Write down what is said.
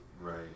Right